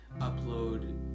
upload